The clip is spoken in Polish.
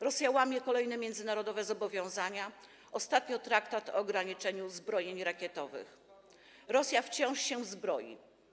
Rosja łamie kolejne międzynarodowe zobowiązania - ostatnio traktat o ograniczeniu zbrojeń rakietowych - i wciąż się zbroi.